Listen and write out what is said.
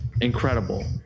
incredible